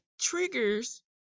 triggers